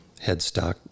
headstock